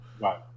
Right